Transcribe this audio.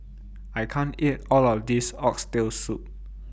I can't eat All of This Oxtail Soup